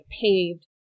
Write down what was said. paved